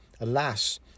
Alas